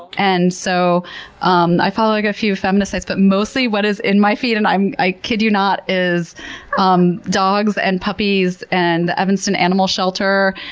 and so um i follow like a few feminist sites, but mostly what is in my feed, and i kid you not, is um dogs, and puppies, and the evanston animal shelter,